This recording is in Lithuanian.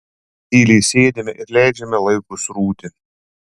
tyliai sėdime ir leidžiame laikui srūti